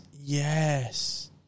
Yes